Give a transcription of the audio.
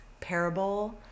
parable